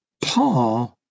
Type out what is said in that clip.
Paul